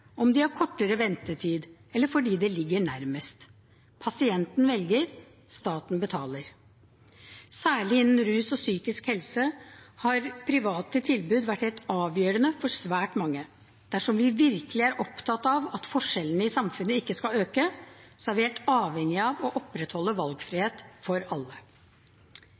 om det har kortere ventetid, eller fordi det ligger nærmest. Pasienten velger, staten betaler. Særlig innen rus og psykisk helse har private tilbud vært helt avgjørende for svært mange. Dersom vi virkelig er opptatt av at forskjellene i samfunnet ikke skal øke, er vi helt avhengig av å opprettholde valgfrihet for alle.